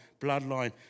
bloodline